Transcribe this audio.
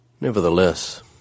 Nevertheless